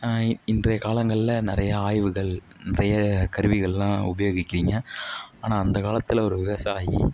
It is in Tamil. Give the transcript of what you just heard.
இன்றைய காலங்களில் நிறைய ஆய்வுகள் நிறைய கருவிகளெலாம் உபயோகிக்கிறீங்க ஆனால் அந்த காலத்தில் ஒரு விவசாயி